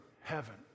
heaven